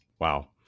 Wow